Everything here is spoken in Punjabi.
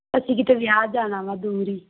ਅਸੀਂ ਕਿਤੇ ਵਿਆਹ ਜਾਣਾ ਵਾ ਦੂਰ ਹੀ